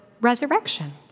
resurrection